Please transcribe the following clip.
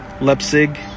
Leipzig